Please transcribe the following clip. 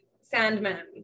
Sandman